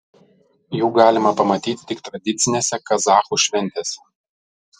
jų galima pamatyti tik tradicinėse kazachų šventėse